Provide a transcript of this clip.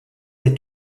des